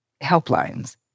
helplines